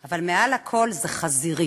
אבל מעל לכול זה חזירי,